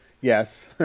yes